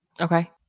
Okay